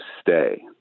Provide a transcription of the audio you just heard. stay